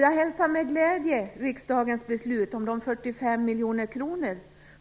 Jag hälsar med glädje riksdagens beslut om de 45 miljoner kronor